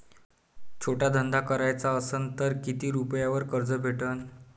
छोटा धंदा कराचा असन तर किती रुप्यावर कर्ज भेटन?